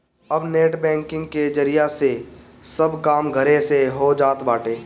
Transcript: अब net banking के जरिया से सब काम घरे से हो जात बाटे